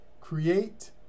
Create